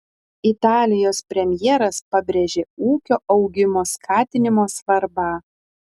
italijos premjeras pabrėžė ūkio augimo skatinimo svarbą